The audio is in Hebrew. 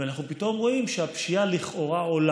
ואנחנו פתאום רואים שהפשיעה לכאורה עולה.